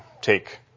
take